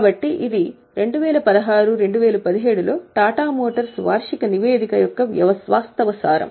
కాబట్టి ఇది 2016 2017 లో టాటా మోటార్స్ వార్షిక నివేదిక యొక్క వాస్తవ సారం